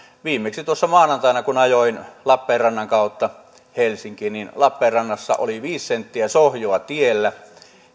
viimeksi maanantaina kun ajoin lappeenrannan kautta helsinkiin lappeenrannassa oli viisi senttiä sohjoa tiellä